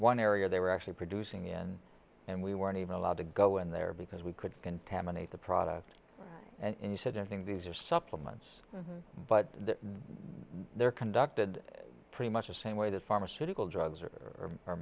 one area they were actually producing in and we weren't even allowed to go in there because we could contaminate the product and you said i think these are supplements but they're conducted pretty much the same way that pharmaceutical drugs are are